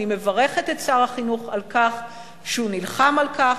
אני מברכת את שר החינוך על כך שהוא נלחם על כך.